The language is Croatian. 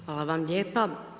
Hvala vam lijepa.